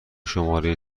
شماره